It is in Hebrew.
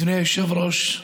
אדוני היושב-ראש,